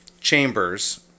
chambers